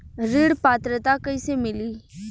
ऋण पात्रता कइसे मिली?